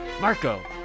Marco